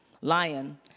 lion